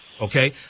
Okay